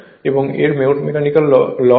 এবং এর মোট মেকানিকাল লস 1 HP হয়